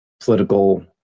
political